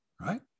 Right